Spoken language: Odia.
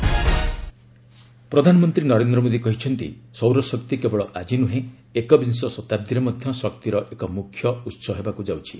ପିଏମ୍ ସୋଲାର ପ୍ରୋଜେକ୍ଟ ପ୍ରଧାନମନ୍ତ୍ରୀ ନରେନ୍ଦ୍ର ମୋଦୀ କହିଛନ୍ତି ସୌର ଶକ୍ତି କେବଳ ଆଜି ନୁହେଁ ଏକବିଂଶ ଶତାବ୍ଦୀରେ ମଧ୍ୟ ଶକ୍ତିର ଏକ ମୁଖ୍ୟ ଉତ୍ସ ହେବାକୁ ଯାଉଛି